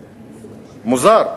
מוזר.